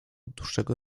dłuższego